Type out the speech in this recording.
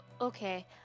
Okay